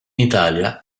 italia